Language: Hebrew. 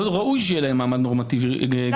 לא ראוי שיהיה להם מעמד נורמטיבי גבוה יותר מחוקים.